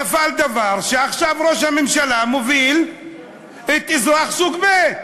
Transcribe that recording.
נפל דבר שעכשיו ראש הממשלה מוביל את אזרח סוג ב',